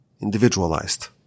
individualized